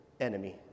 enemy